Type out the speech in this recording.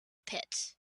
pit